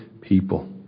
people